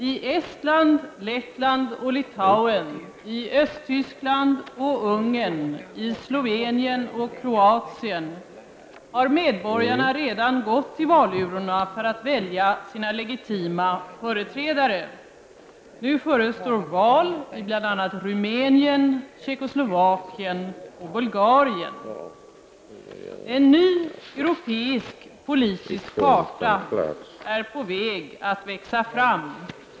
I Estland, Lettland och Litauen, i Östtyskland och Ungern, i Slovenien och Kroatien har medborgarna redan gått till valurnorna för att välja sina legitima företrädare. Nu förestår val i bl.a. Rumänien, Tjeckoslovakien och Bulgarien. En ny europeisk politisk karta är på väg att växa fram.